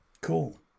Cool